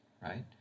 right